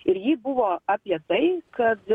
ir ji buvo apie tai kad